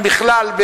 אם בכלל,